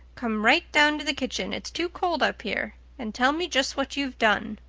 come right down to the kitchen it's too cold up here and tell me just what you've done.